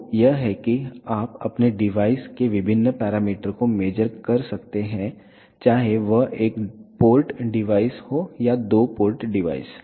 तो यह है कि आप अपने डिवाइस के विभिन्न पैरामीटर को मेज़र कर सकते हैं चाहे वह एक पोर्ट डिवाइस हो या दो पोर्ट डिवाइस